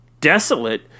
desolate